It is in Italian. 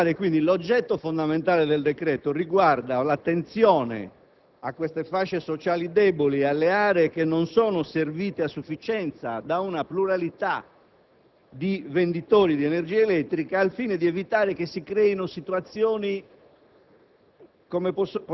*relatore*. L'oggetto fondamentale del decreto riguarda l'attenzione a queste fasce sociali deboli e alle aree che non sono servite a sufficienza da una pluralità di venditori di energia elettrica, al fine di evitare che si creino situazioni